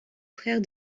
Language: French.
frère